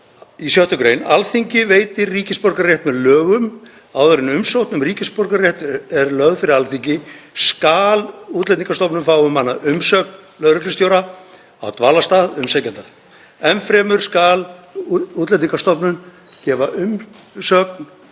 í 6. gr.: „Alþingi veitir ríkisborgararétt með lögum. Áður en umsókn um ríkisborgararétt er lögð fyrir Alþingi skal Útlendingastofnun fá um hana umsögn lögreglustjóra á dvalarstað umsækjanda. Enn fremur skal Útlendingastofnun gefa umsögn